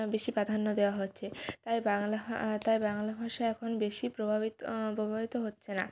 বেশি প্রাধান্য দেওয়া হচ্ছে তাই বাংলা তাই বাংলা ভাষা এখন বেশি প্রভাবিত প্রভাবিত হচ্ছে না